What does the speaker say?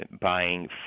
buying